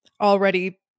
already